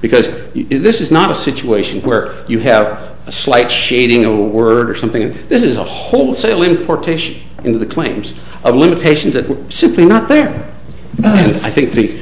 because this is not a situation where you have a slight shading a word or something and this is a wholesale importation into the claims of limitations that were simply not there but i think the